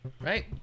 right